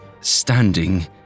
standing